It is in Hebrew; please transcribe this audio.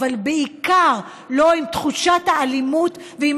אבל בעיקר לא עם תחושת האלימות ועם